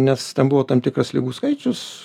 nes ten buvo tam tikras ligų skaičius